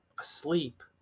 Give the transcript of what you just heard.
asleep